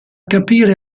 capire